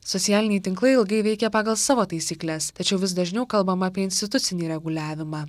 socialiniai tinklai ilgai veikė pagal savo taisykles tačiau vis dažniau kalbama apie institucinį reguliavimą